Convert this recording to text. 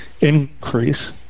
increase